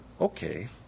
Okay